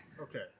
Okay